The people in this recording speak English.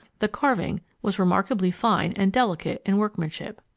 the carving was remarkably fine and delicate in workmanship.